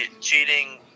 cheating